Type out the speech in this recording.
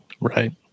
Right